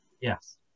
Yes